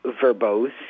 verbose